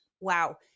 wow